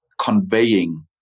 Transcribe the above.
conveying